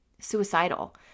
suicidal